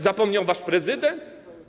Zapomniał wasz prezydent?